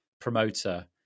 promoter